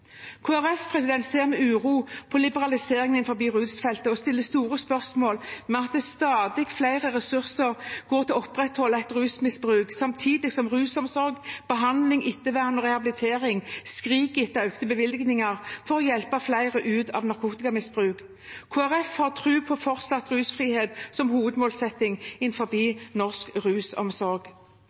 Kristelig Folkeparti ser med uro på liberaliseringen innen rusfeltet og stiller store spørsmål ved at stadig flere ressurser går til å opprettholde et rusmisbruk, samtidig som rusomsorg, behandling, ettervern og rehabilitering skriker etter økte bevilgninger for å hjelpe flere ut av narkotikamisbruk. Kristelig Folkeparti har tro på fortsatt rusfrihet som hovedmålsetting innen norsk rusomsorg.